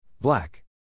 Black